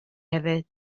hefyd